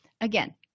again